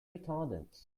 retardants